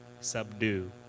subdue